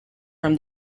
from